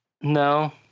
No